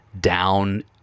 down